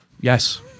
Yes